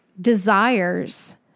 desires